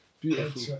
beautiful